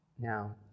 now